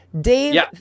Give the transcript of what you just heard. dave